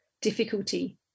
Difficulty